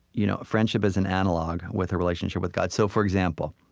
you know a friendship is an analog with a relationship with god. so for example,